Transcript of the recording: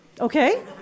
Okay